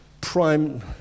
prime